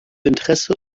interesse